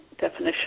definition